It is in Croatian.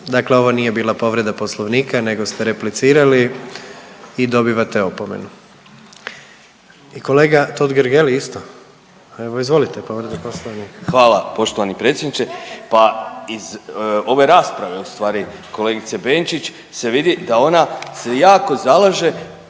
dakle ovo nije bila povreda Poslovnika nego ste replicirali i dobivate opomenu. I kolega Totgergeli isto? Evo, izvolite, povreda Poslovnika. **Totgergeli, Miro (HDZ)** Hvala poštovani predsjedniče. .../Upadica se ne čuje./... Pa iz ove rasprave ustvari, kolegice Benčić se vidi da ona se jako zalaže